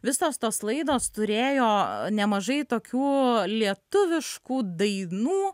visos tos laidos turėjo nemažai tokių lietuviškų dainų